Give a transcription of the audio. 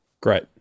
Great